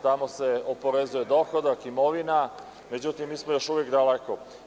Tamo se oporezuje dohodak, imovina, međutim mi smo još uvek daleko.